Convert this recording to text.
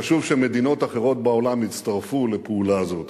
חשוב שמדינות אחרות בעולם יצטרפו לפעולה זו,